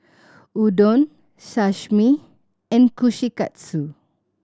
Udon Sashimi and Kushikatsu